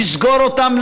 לסגור אותם,